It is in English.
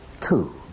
Two